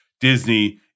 Disney